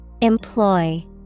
employ